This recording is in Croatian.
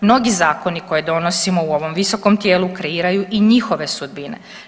Mnogi zakoni koje donosimo u ovom visokom tijelu kreiraju i njihove sudbine.